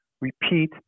repeat